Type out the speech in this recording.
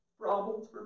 problems